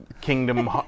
Kingdom